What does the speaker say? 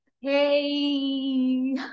Hey